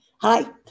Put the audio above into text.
Hi